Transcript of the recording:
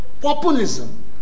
populism